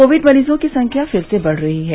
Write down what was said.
Covid मरीजों की संख्या फिर से बढ़ रही है